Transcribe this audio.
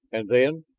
and then,